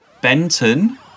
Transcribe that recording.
Benton